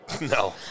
No